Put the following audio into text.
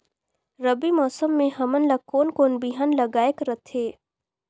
रबी मौसम मे हमन ला कोन कोन बिहान लगायेक रथे?